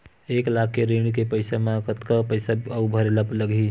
एक लाख के ऋण के पईसा म कतका पईसा आऊ भरे ला लगही?